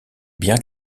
bien